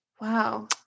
Wow